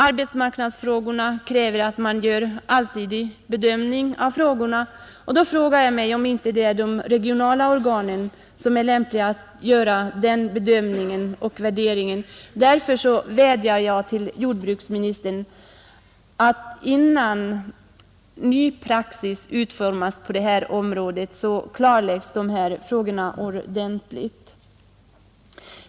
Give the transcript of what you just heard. Arbetsmarknadsfrågorna kräver en allsidig bedömning, och jag frågar mig om inte de regionala organen är lämpade för denna uppgift. Jag vädjar därför till jordbruksministern att innan ny praxis utformas på detta område klarlägga dessa frågor ordentligt.